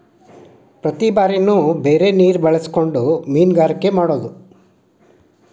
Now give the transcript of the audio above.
ಪ್ರತಿ ಬಾರಿನು ಬೇರೆ ನೇರ ಬಳಸಕೊಂಡ ಮೇನುಗಾರಿಕೆ ಮಾಡುದು